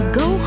go